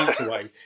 away